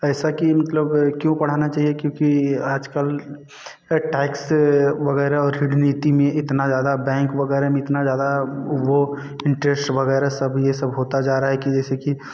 ऐसा की मतलब क्यों पढ़ाना चाहिए क्योंकि आजकल टैक्स वगैरह और फ़िर नीति में इतना ज़्यादा बैंक वगैरह में इतना ज़्यादा वह इंटरेस्ट वगैरह सब यह सब होता जा रहा है कि जैसे कि